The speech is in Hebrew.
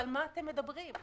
על מה אתם מדברים.